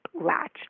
latch